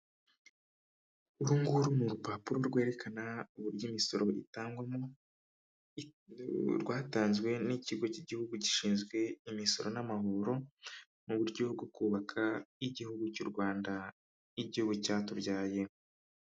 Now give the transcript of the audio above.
Uru nguru ni urupapuro rwerekana uburyo imisoro itangwamo, rwatanzwe n'ikigo cy'igihugu gishinzwe imisoro n'amahoro mu buryo bwo kubaka igihugu cy'u Rwanda, igihugu cyatubyaye.